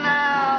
now